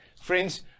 friends